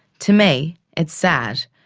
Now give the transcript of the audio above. to me it's sad.